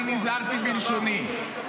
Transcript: אני נזהרתי בלשוני.